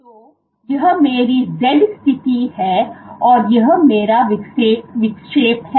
तो यह मेरी z स्थिति है और यह मेरा विक्षेप है